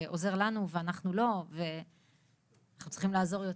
הוא עוזר לנו ואנחנו לו ואנחנו צריכים לעזור יותר.